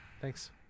Thanks